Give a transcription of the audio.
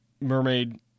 Mermaid